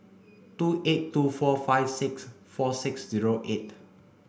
two eight two four five six four six zero eight